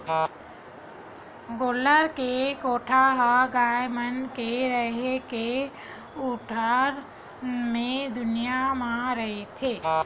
गोल्लर के कोठा ह गाय मन के रेहे के ठउर ले दुरिया म होथे